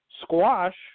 squash